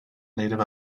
native